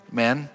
men